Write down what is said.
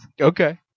Okay